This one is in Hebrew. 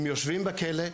הם יושבים בכלא,